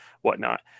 whatnot